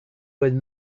would